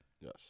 Yes